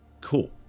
Cool